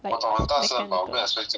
like messenger type